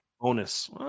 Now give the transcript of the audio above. bonus